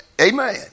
Amen